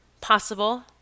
possible